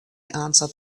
answered